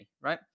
right